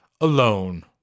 alone